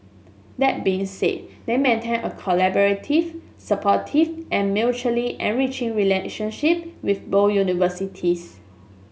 that being said they maintain a collaborative supportive and mutually enriching relationship with both universities